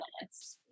minutes